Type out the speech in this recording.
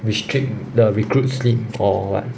restrict the recruit sleep or what